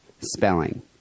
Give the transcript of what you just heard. spelling